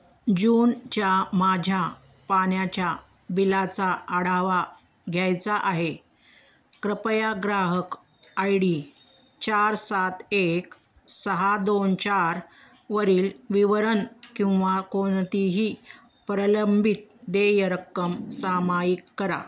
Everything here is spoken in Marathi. जूनच्या माझ्या पाण्याच्या बिलाचा आढावा घ्यायचा आहे कृपया ग्राहक आय डी चार सात एक सहा दोन चारवरील विवरण किंवा कोणतीही प्रलंबित देय रक्कम सामायिक करा